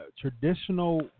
traditional